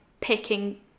picking